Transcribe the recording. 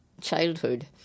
childhood